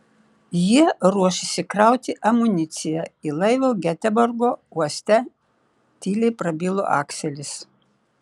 jie ruošėsi krauti amuniciją į laivą geteborgo uoste tyliai prabilo akselis